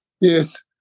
Yes